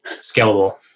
scalable